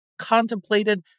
contemplated